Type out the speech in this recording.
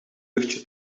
luchtje